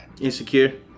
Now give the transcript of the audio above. Insecure